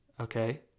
okay